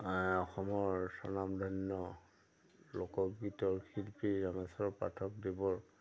অসমৰ স্ৱনামধন্য লোকগীতৰ শিল্পী ৰামেশ্বৰ পাঠকদেৱৰ